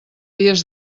vies